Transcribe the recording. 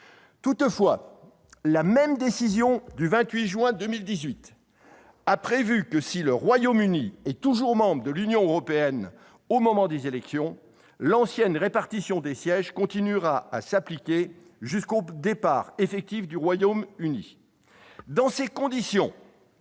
Toutefois, la même décision du 28 juin 2018 a prévu que, si le Royaume-Uni était toujours membre de l'Union européenne au moment des élections, l'ancienne répartition des sièges continuerait à s'appliquer jusqu'au départ effectif du Royaume-Uni.